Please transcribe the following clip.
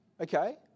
okay